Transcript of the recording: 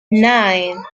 nine